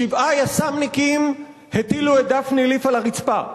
שבעה יס"מניקים הטילו את דפני ליף על הרצפה.